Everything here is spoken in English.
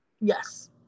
Yes